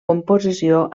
composició